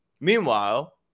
Meanwhile